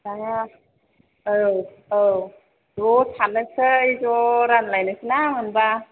जाया औ औ ज' सारनोसै ज' रानलायनोसै ना मोनबा